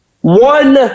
One